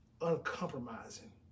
uncompromising